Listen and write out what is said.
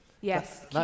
Yes